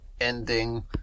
ending